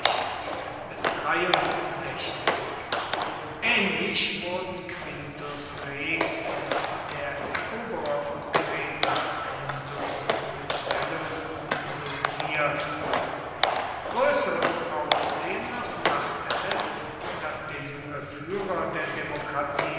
ähnlich wurden quintus rex und der eroberer von kreta quintus metellus insultiert größeres aufsehen noch machte es daß der junge führer der demokratie